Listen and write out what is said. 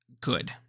good